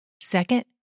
Second